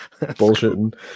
bullshitting